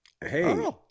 Hey